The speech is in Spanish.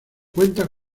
cuenta